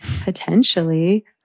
potentially